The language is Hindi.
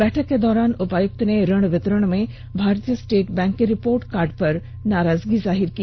बैठक के दौरान उपायुक्त ने ऋण वितरण में भारतीय स्टेट बैंक के रिपोर्ट कार्ड पर नाराजगी जाहिर की